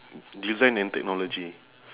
design and technology